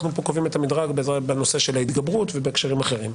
אנחנו כאן קובעים את המדרג בנושא של ההתגברות ובהקשרים אחרים.